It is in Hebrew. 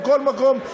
בכל מקום,